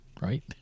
right